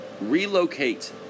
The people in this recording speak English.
relocate